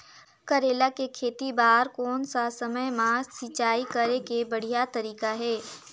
करेला के खेती बार कोन सा समय मां सिंचाई करे के बढ़िया तारीक हे?